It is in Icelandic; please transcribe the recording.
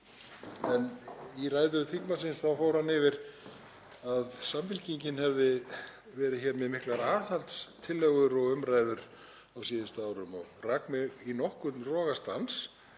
En í ræðu þingmannsins þá fór hann yfir að Samfylkingin hefði verið með miklar aðhaldstillögur og -umræður á síðustu árum og rak mig í nokkurn rogastans